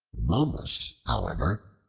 momus, however,